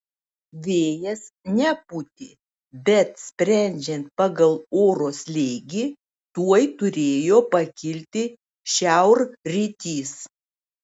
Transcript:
vėjas nepūtė bet sprendžiant pagal oro slėgį tuoj turėjo pakilti šiaurrytys